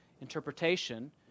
interpretation